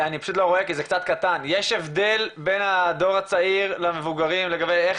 יש הבדל בין הדור הצעיר למבוגרים לגבי איך